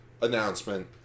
Announcement